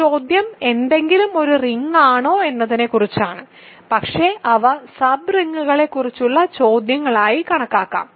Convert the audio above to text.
ഈ ചോദ്യം എന്തെങ്കിലും ഒരു റിങ് ആണോ എന്നതിനെക്കുറിച്ചാണ് പക്ഷേ അവ സബ് റിങ്ങുകളെക്കുറിച്ചുള്ള ചോദ്യങ്ങളായി കണക്കാക്കാം